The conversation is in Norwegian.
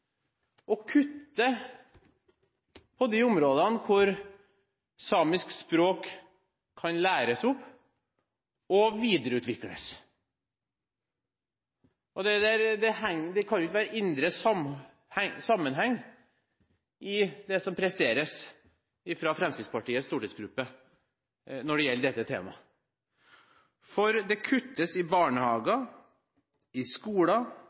å kutte på de områdene hvor samisk språk kan læres og videreutvikles. Det er ingen indre sammenheng i det som presteres av Fremskrittspartiets stortingsgruppe når det gjelder dette temaet. For det kuttes i barnehager, i skoler,